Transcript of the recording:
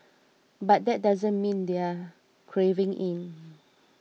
but that doesn't mean they're caving in